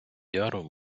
яру